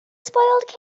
spoiled